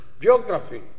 geography